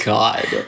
God